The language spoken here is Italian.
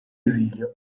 esilio